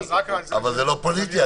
זה לא פוליטי.